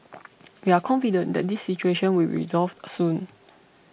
we are confident that this situation will be resolved soon